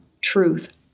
truth